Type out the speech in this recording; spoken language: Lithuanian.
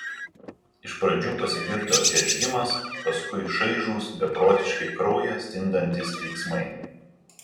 iš pradžių pasigirdo džeržgimas paskui šaižūs beprotiški kraują stingdantys klyksmai